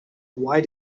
why